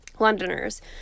Londoners